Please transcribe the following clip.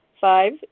Five